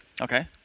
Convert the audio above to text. Okay